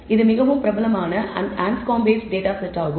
இது மிகவும் பிரபலமான அன்ஸ்காம்பின்Anscombe's டேட்டா செட் ஆகும்